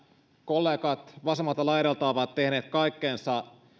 kollegat vasemmalta laidalta ovat tehneet kaikkensa